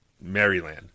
Maryland